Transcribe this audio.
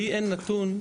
לי אין נתון,